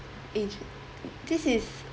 age~ this is